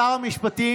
לא משנה,